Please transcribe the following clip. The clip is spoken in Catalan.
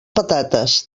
patates